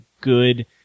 good